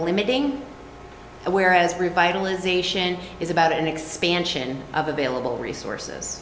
limiting whereas revitalization is about an expansion of available resources